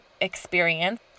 experience